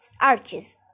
arches